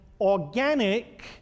organic